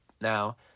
Now